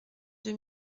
deux